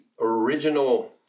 original